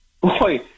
boy